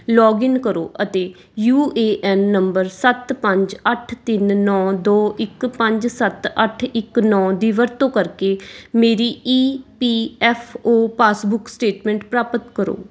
login ਕਰੋ ਅਤੇ U A N number ਸੱਤ ਪੰਜ ਅੱਠ ਤਿੰਨ ਨੌਂ ਦੋ ਇੱਕ ਪੰਜ ਸੱਤ ਅੱਠ ਇੱਕ ਨੌਂ ਦੀ ਵਰਤੋਂ ਕਰਕੇ ਮੇਰੀ E P F O passbook statement ਪ੍ਰਾਪਤ ਕਰੋ